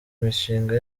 imishinga